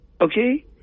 Okay